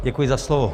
Děkuji za slovo.